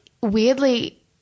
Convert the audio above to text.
weirdly